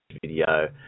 video